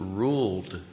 ruled